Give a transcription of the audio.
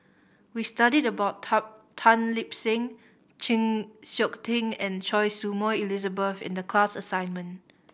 we studied about Tan Tan Lip Seng Chng Seok Tin and Choy Su Moi Elizabeth in the class assignment